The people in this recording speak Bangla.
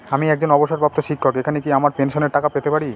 আমি একজন অবসরপ্রাপ্ত শিক্ষক এখানে কি আমার পেনশনের টাকা পেতে পারি?